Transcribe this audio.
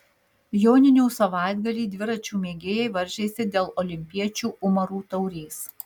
joninių savaitgalį dviračių mėgėjai varžėsi dėl olimpiečių umarų taurės